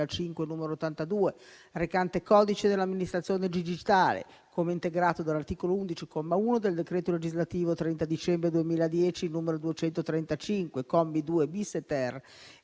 n. 82, recante codice dell'amministrazione digitale, come integrato dall'articolo 11, comma 1 del decreto legislativo 30 dicembre 2010, n. 235, commi 2-*bis* e